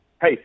Hey